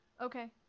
Okay